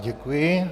Děkuji.